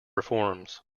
reforms